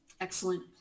excellent